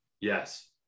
Yes